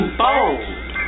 bold